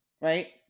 right